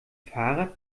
fahrrad